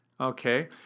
Okay